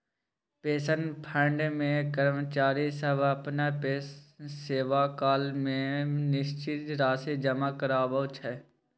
pension fund मे कर्मचारी सब अपना सेवाकाल मे निश्चित राशि जमा कराबै छै